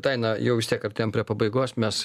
daina jau vis tiek artėjam prie pabaigos mes